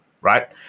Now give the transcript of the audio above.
right